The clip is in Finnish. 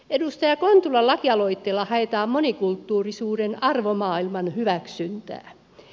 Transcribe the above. edustaja kontulan lakialoitteella haetaan monikulttuurisuuden arvomaailman hyväksyntää